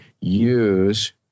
use